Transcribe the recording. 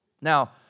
Now